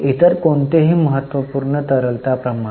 इतर कोणतेही महत्त्वपूर्ण तरलता प्रमाण